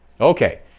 Okay